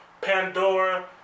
Pandora